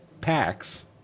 packs